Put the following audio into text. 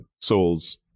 Souls